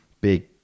big